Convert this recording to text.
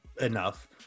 enough